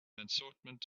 assortment